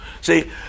See